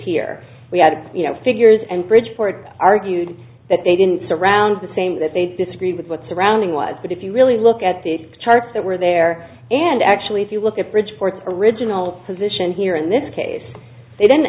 here we had you know figures and bridgeport argued that they didn't surround the same that they disagreed with what surrounding was but if you really look at these charts that were there and actually if you look at bridgeport original position here in this case they didn't